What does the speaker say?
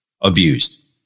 abused